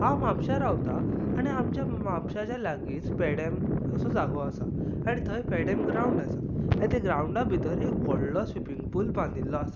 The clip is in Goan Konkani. हांव म्हापशां रावतां आनी आमच्या म्हापशेंच्या लागींच पेडेम असो जागो आसा आनी थंय पेडेम ग्रावंड आसा आनी त्या ग्रावंडा भितर एक व्हडलो स्विमींग पूल बांदिल्लो आसा